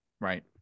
Right